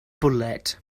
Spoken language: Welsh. bwled